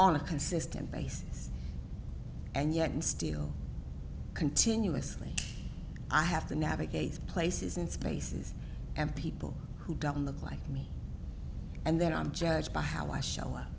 on a consistent basis and yet and still continuously i have to navigate places and spaces and people who doesn't look like me and then i'm judged by how i show up